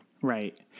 Right